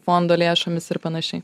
fondo lėšomis ir panašiai